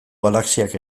galaxiak